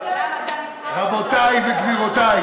רבותי וגבירותי,